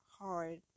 hard